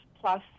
plus